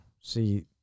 see